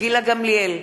גילה גמליאל,